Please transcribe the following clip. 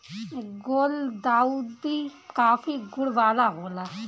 गुलदाउदी काफी गुण वाला होला